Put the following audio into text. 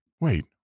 Wait